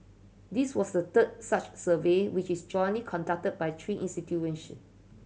this was the third such survey which is jointly conducted by three